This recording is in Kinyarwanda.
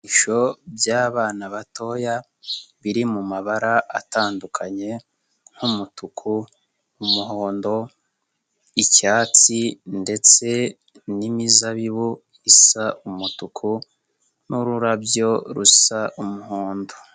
Ibikinisho by'abana batoya biri mu mabara atandukanye nk'umutuku, umuhondo, icyatsi ndetse n'imizabibu isa umutuku n'ururabyo rusa umuhondo.